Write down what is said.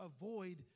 avoid